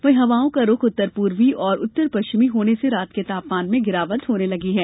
वहीं हवाओं का रूख उत्तर पूर्वी और उत्तर पश्चिमी होने से रात के तापमान में गिरावट होने लगी है